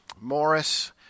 Morris